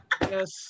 Yes